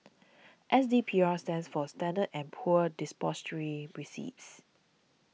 S D P R stands for Standard and Poor's Depository Receipts